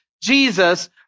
Jesus